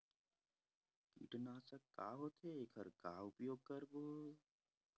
कीटनाशक का होथे एखर का उपयोग करबो?